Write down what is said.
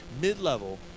mid-level